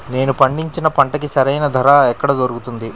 నేను పండించిన పంటకి సరైన ధర ఎక్కడ దొరుకుతుంది?